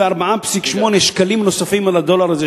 34.8 שקלים נוספים על הדולר הזה,